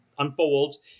unfolds